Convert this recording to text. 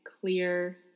Clear